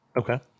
Okay